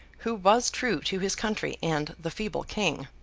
who was true to his country and the feeble king.